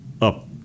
up